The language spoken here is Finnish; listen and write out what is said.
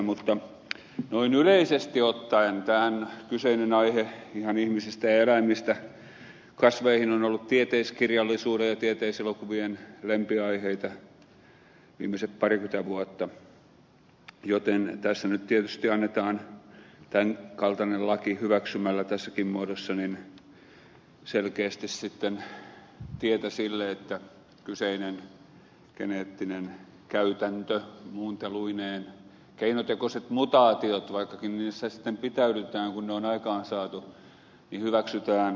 mutta noin yleisesti ottaen tämä kyseinen aihe ihan ihmisistä ja eläimistä kasveihin on ollut tieteiskirjallisuuden ja tieteiselokuvien lempiaiheita viimeiset parikymmentä vuotta joten tässä nyt tietysti annetaan tämän kaltainen laki hyväksymällä tässäkin muodossa selkeästi tietä sille että kyseinen geneettinen käytäntö muunteluineen keinotekoiset mutaatiot vaikkakin niissä sitten pitäydytään kun ne on aikaansaatu hyväksytään laajemmitenkin